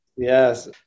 Yes